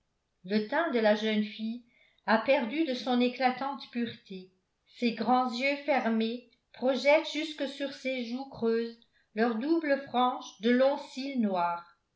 le teint de la jeune fille a perdu de son éclatante pureté ses grands yeux fermés projettent jusque sur ses joues creuses leur double frange de longs cils noirs